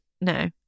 no